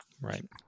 right